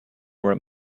were